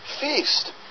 Feast